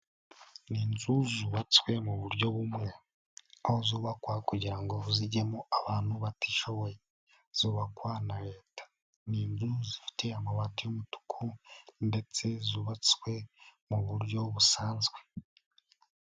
Ni inzu zubatswe mu buryo bumwe, aho zubakwa kugira ngo zijyemo abantu batishoboye zubakwa na Leta, ni inzu zifite amabati y'umutuku ndetse zubatswe mu buryo busanzwe.